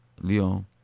Leon